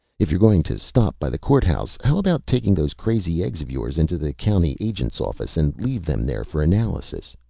if you're going to stop by the courthouse, how about taking those crazy eggs of yours into the county agent's office and leave them there for analysis,